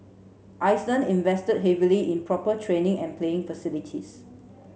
Iceland invested heavily in proper training and playing facilities